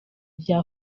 bya